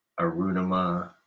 Arunima